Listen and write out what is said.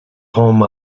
home